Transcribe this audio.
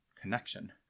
connection